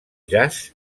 jazz